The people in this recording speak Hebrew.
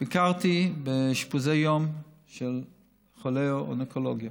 ביקרתי באשפוזי יום של חולי אונקולוגיה.